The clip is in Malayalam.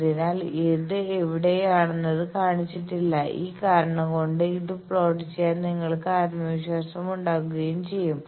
അതിനാൽ അത് എവിടെയാണെന്ന്ത് കാണിച്ചിട്ടില്ല ഈ കാരണം കൊണ്ട് ഇത് പ്ലോട്ട് ചെയ്യാൻ നിങ്ങൾക്ക് ആത്മവിശ്വാസമുണ്ടാകുക്കയും ചെയ്യും